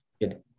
good